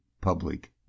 public